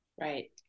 Right